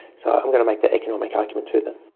so i'm going to make that economic argument to them.